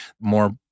more